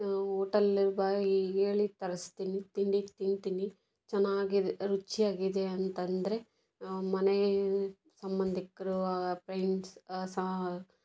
hotel ಬಾಯಿಗೆ ಹೇಳಿ ತರಿಸ್ತೀನಿ ತಿಂಡಿ ತಿಂತೀನಿ ಚೆನ್ನಾಗಿ ರುಚಿಯಾಗಿದೆ ಅಂತ ಅಂದ್ರೆ ಮನೆಗೆ ಸಂಬಂಧಿಕರು ಫ್ರೆಂಡ್ಸ್ ಸಹಾ